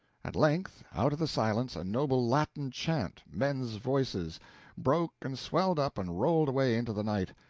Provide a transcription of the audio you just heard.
at length, out of the silence a noble latin chant men's voices broke and swelled up and rolled away into the night,